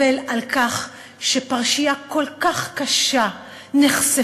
אבל על כך שפרשייה כל כך קשה נחשפה,